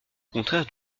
contraire